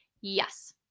Yes